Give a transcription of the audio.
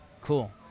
Cool